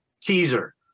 teaser